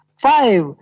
Five